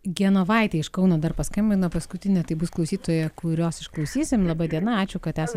genovaitė iš kauno dar paskambino paskutinė tai bus klausytoja kurios išklausysim laba diena ačiū kad esat